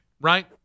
right